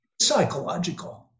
psychological